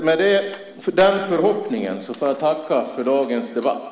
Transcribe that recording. Med den förhoppningen vill jag tacka för dagens debatt.